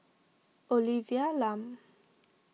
Olivia Lum